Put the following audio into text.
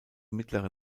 mittlere